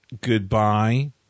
goodbye